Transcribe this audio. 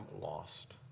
lost